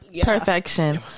perfection